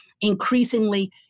increasingly